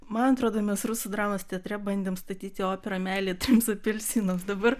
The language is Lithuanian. man atrodo mes rusų dramos teatre bandėm statyti operą meilė trims apelsinams dabar